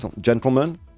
Gentlemen